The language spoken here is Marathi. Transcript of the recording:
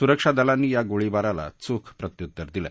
सुरक्षा दलांनी या गोळीबाराला चोख प्रत्युत्तर दिलं